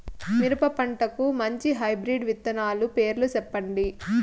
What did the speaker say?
మిరప పంటకు మంచి హైబ్రిడ్ విత్తనాలు పేర్లు సెప్పండి?